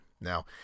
Now